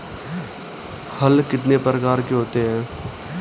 हल कितने प्रकार के होते हैं?